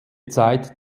zeit